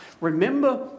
Remember